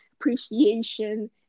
appreciation